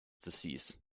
disease